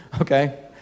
okay